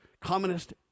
communist